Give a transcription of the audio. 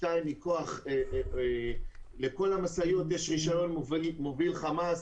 ומכוח זה שלכל המשאיות יש רישיון מוביל חמ"ס.